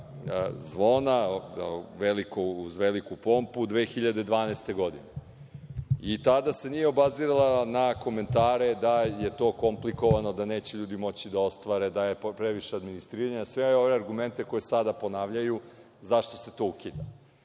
na velika zvona, uz veliku pompu 2012. godine. I tada se nije obazirala na komentare da je to komplikovano, da neće ljudi moći da ostvare, da je previše administriranja, sve ove argumente koje sada ponavljaju zašto se to ukida. Mogli